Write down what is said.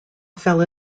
fell